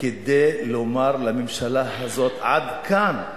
כדי לומר לממשלה הזאת: עד כאן.